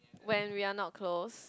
when we are not close